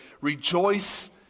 Rejoice